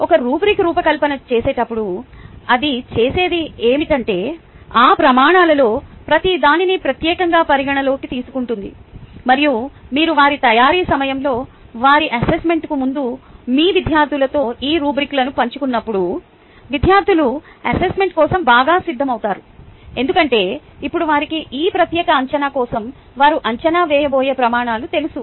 ఒక రుబ్రిక్ రూపకల్పన చేసేటప్పుడు అది చేసేది ఏమిటంటే ఆ ప్రమాణాలలో ప్రతిదానిని ప్రత్యేకంగా పరిగణనలోకి తీసుకుంటుంది మరియు మీరు వారి తయారీ సమయంలో వారి అసెస్మెంట్కు ముందు మీ విద్యార్థులతో ఈ రుబ్రిక్లను పంచుకున్నప్పుడు విద్యార్థులు అసెస్మెంట్ కోసం బాగా సిద్ధం అవుతారు ఎందుకంటే ఇప్పుడు వారికి ఈ ప్రత్యేక అంచనా కోసం వారు అంచనా వేయబోయే ప్రమాణాలు తెలుసు